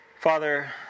Father